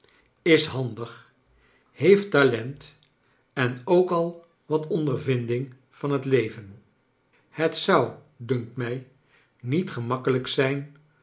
is handig he eft talent en ook al wat ondervinding van het leven het zou dunkt mij niet gemakkelrjk zijn